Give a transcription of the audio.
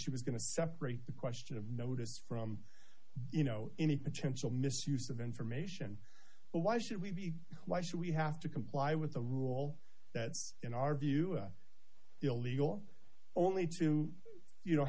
she was going to separate the question of notice from you know any potential misuse of information but why should we be why should we have to comply with the rule that's in our view illegal only to you